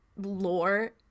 lore